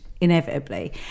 inevitably